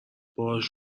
باهاش